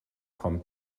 von